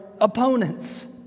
opponents